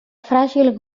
fràgil